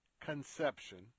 conception